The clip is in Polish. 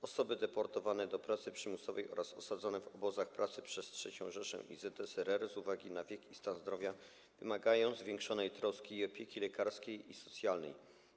Osoby deportowane do pracy przymusowej oraz osadzone w obozach pracy przez III Rzeszę i ZSRR z uwagi na wiek i stan zdrowia wymagają zwiększonej troski i opieki lekarskiej i socjalnej.